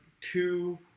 two